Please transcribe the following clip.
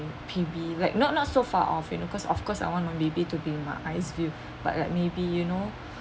baby like not not so far off you know cause of course I want my baby to be in my eyes view but like maybe you know